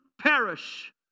perish